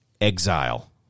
Exile